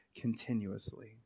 continuously